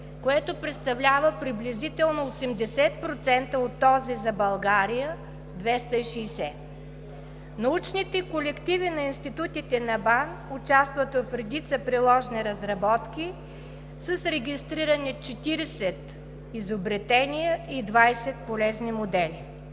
което представлява приблизително 80% от този за България – 260. Научните колективи на институтите на БАН участват в редица приложни разработки с регистрирани 40 изобретения и 20 полезни модела.